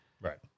Right